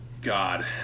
God